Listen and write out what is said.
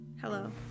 Hello